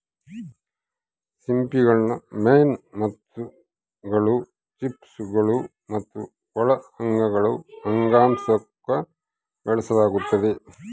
ಸಿಂಪಿಗುಳ್ನ ಮೇನ್ ಮುತ್ತುಗುಳು, ಚಿಪ್ಪುಗುಳು ಮತ್ತೆ ಒಳ ಅಂಗಗುಳು ಅಂಗಾಂಶುಕ್ಕ ಬೆಳೆಸಲಾಗ್ತತೆ